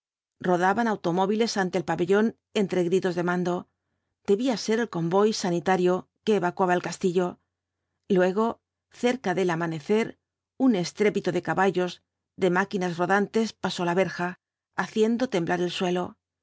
rodaban automóviles ante el pabellón entre gritos de mando debía ser el convoy sanitario que evacuaba el castillo luego cerca del amanecer un estrépito de caballos de máquinas rodantes pasó la verja haciendo temblar el suelo